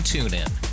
TuneIn